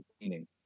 meaning